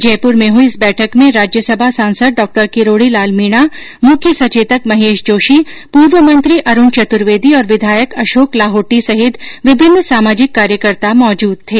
जयपुर में हुई इस बैठक में राज्यसभा सांसद डॉ किरोडी लाल मीणा मुख्य सचेतक महेश जोशी पूर्व मंत्री अरूण चतुर्वेदी और विधायक अशोक लाहोटी सहित विभिन्न सामाजिक कार्यकर्ता मौजूद थे